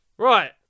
Right